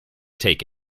take